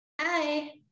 Hi